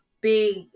big